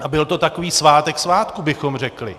A byl to takový svátek svátků, bychom řekli.